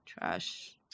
Trash